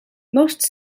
most